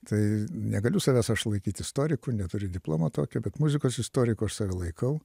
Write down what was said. tai negaliu savęs aš laikyt istoriku neturiu diplomo tokio bet muzikos istoriku aš save laikau